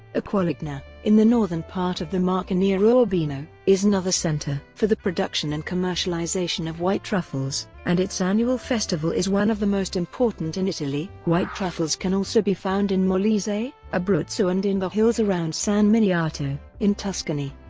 acqualagna, in the northern part of the marche and near ah urbino, is another center for the production and commercialization of white truffles, and its annual festival is one of the most important in italy. white truffles can also be found in molise, abruzzo so and in the hills around san miniato, in tuscany.